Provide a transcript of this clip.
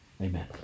Amen